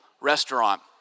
restaurant